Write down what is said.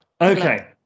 okay